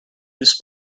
this